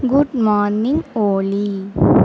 good morning Oli